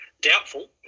doubtful